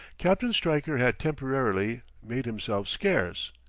captain stryker had temporarily, made himself scarce.